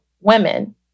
women